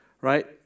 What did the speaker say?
right